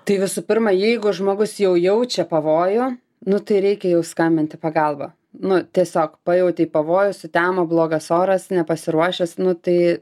tai visų pirma jeigu žmogus jau jaučia pavojų nu tai reikia jau skambint į pagalbą nu tiesiog pajautei pavojų sutemo blogas oras nepasiruošęs nu tai